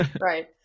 Right